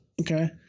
Okay